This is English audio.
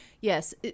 Yes